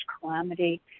calamity